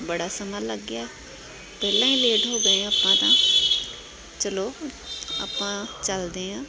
ਬੜਾ ਸਮਾਂ ਲੱਗ ਗਿਆ ਪਹਿਲਾਂ ਹੀ ਲੇਟ ਹੋ ਗਏ ਆਪਾਂ ਤਾਂ ਚਲੋ ਆਪਾਂ ਚੱਲਦੇ ਹਾਂ